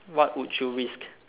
what would you risk